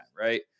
right